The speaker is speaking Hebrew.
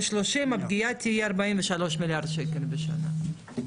ב-2030 הפגיעה תהיה 43 מיליארד שקל בשנה.